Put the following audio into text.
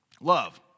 Love